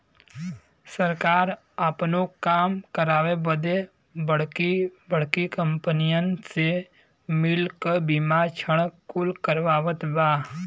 सरकार आपनो काम करावे बदे बड़की बड़्की कंपनीअन से मिल क बीमा ऋण कुल करवावत बा